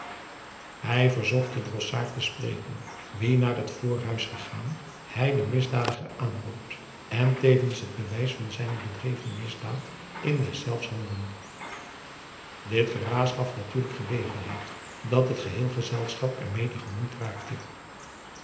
hij verzocht den drossaard te spreken wien naar het voorhuis gegaan hij den misdadiger aanbood en tevens het bewijs van zijne bedreven misdaad in deszelfs handen dit geraas gaf natuurlijk gelegenheid dat het geheel gezelschap er mede gemoeid raakte